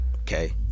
okay